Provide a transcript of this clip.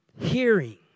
hearing